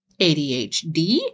ADHD